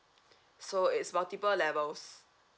so it's multiple levels